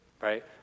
Right